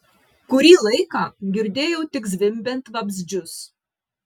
kurį laiką girdėjau tik zvimbiant vabzdžius